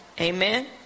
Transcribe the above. Amen